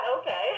okay